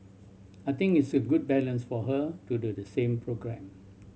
I think it's a good balance for her to do the same programme